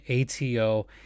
ATO